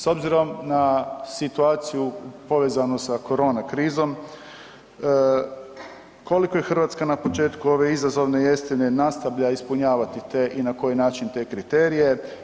S obzirom na situaciju povezanu sa korona krizom, koliko je Hrvatska na početku ove izazovne jeseni nastavlja ispunjavati te i na koji način te kriterije?